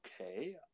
Okay